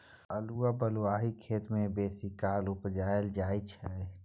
अल्हुआ बलुआही खेत मे बेसीकाल उपजाएल जाइ छै